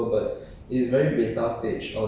oh okay okay okay